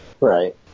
Right